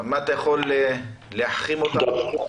אם אתה יכול להכין אותנו.